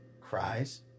cries